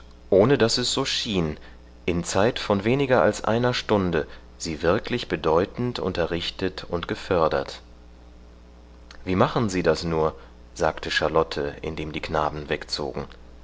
ohne daß es so schien in zeit von weniger als einer stunde sie wirklich bedeutend unterrichtet und gefördert wie machen sie das nur sagte charlotte indem die knaben wegzogen